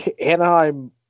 Anaheim